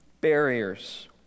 barriers